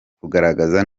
kugaragaza